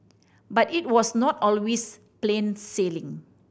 but it was not always plain sailing